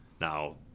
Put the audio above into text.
Now